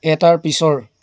এটাৰ পিছৰ